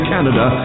Canada